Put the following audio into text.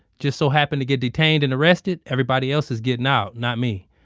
just so happened to get detained and arrested, everybody else is getting out. not me.